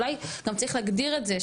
אולי גם צריך להגדיר את זה,